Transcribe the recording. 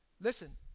Listen